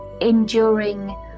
enduring